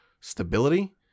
stability